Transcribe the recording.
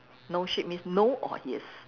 no shit means no or yes